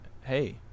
hey